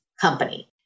company